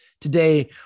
today